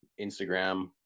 instagram